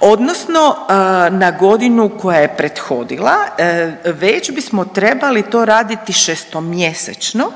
odnosno na godinu koja je prethodila, već bismo to trebali raditi šestomjesečno,